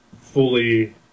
fully